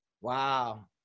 Wow